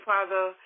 Father